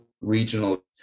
regional